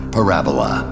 Parabola